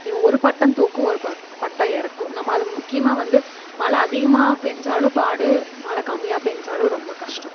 ஒரு பட்டம் தூக்கும் ஒரு பட்டம் இறக்கும் நம்ம அது முக்கியமாக வந்து மழை அதிகமாக பெஞ்சாலும் பாடு மழை கம்மியாக பெஞ்சாலும் ரொம்ப கஷ்டம்